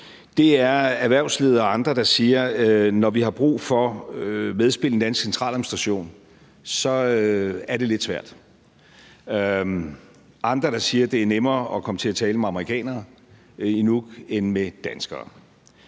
nyt, er erhvervsledere og andre, der siger, at når de har brug for medspil i den danske centraladministration, er det lidt svært, og andre, der siger, det er nemmere at komme til at tale med amerikanere i Nuuk end med danskere.